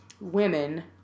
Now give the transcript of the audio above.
women